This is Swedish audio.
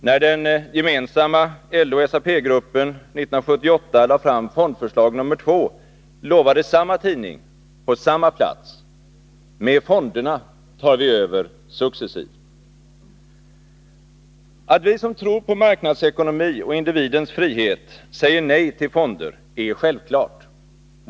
När den gemensamma LO/SAP-gruppen 1978 lade fram fondförslag nr 2 lovade samma tidning på samma plats: ”Med fonderna tar vi Att vi som tror på marknadsekonomi och individens frihet säger nej till fonder är självklart.